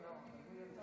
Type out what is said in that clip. הרב גפני יצא